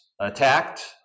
attacked